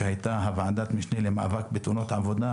אז היא הייתה ועדת המשנה למאבק בתאונות עבודה